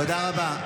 תודה רבה.